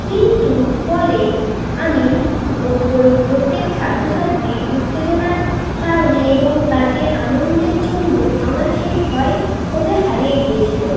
কিন্তু পরে আমি ও প্রত্যেক ছাত্রছাত্রীর উত্তেজনার কারণে এবং তাদের আনন্দের জন্য আমার সেই ভয় কোথায় হারিয়ে গিয়েছিল